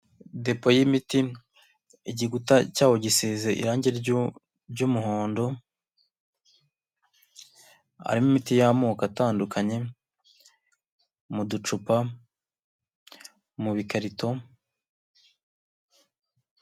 Depo y'imiti igikuta cyawo gisize irangi ry'umuhondo, harimo imiti y'amoko atandukanye mu ducupa, mu bikarito,...